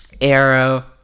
Arrow